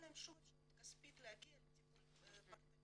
להן שום אפשרות כספית להגיע לטיפול פרטני.